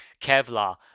Kevlar